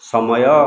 ସମୟ